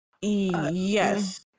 yes